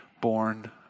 born